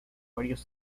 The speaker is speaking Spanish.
varios